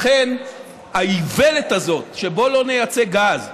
לכן האיוולת הזאת: בואו לא נייצא גז,